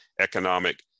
economic